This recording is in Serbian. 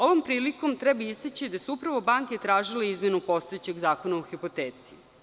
Ovom prilikom treba istaći da su upravo banke tražile izmenu postojećeg Zakona o hipoteci.